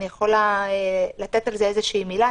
ואני יכולה לתת על זה איזושהי מילה.